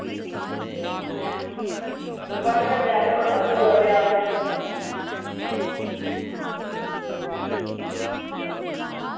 ते साढ़े कन्नै आह्ले पंद्रहां सौ रपेआ देआ दे